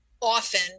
often